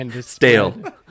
Stale